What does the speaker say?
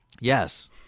Yes